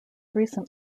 recent